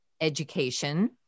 education